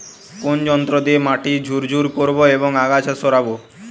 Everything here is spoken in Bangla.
কোন যন্ত্র দিয়ে মাটি ঝুরঝুরে করব ও আগাছা সরাবো?